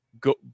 go